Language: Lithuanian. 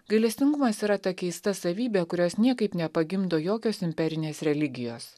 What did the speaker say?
gailestingumas yra ta keista savybė kurios niekaip nepagimdo jokios imperinės religijos